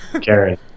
Karen